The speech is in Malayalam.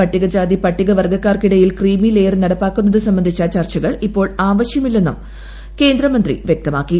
പട്ടികജാതി പട്ടികവർഗ്ഗക്കാർ ക്കിടയിൽ ക്രീമി ലെയർ നടപ്പാക്കുന്നത് സംബന്ധിച്ച ചർച്ചകൾ ഇപ്പോൾ ആവശ്യമില്ലെന്ന് കേന്ദ്രമന്ത്രി വൃക്തമാക്കി